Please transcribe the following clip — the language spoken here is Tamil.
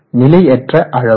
Δx நிலையற்ற அளவு